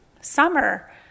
summer